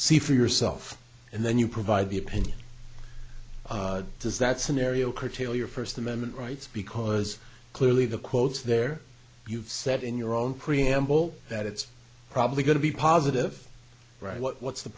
see for yourself and then you provide the opinion does that scenario curtail your first amendment rights because clearly the quotes there you've said in your own preamble that it's probably going to be positive right what what's the